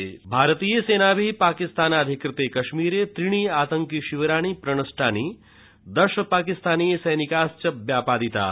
जम्मू कश्मीरम सेना भारतीयसेनाभिः पाकिस्तानाधिकृते कश्मीर त्रीणि आतंकि शिविराणि प्रणष्टानि दश पाकिस्तानीय सैनिकाश्च व्यापादिताः